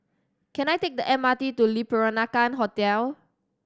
can I take the M R T to Le Peranakan Hotel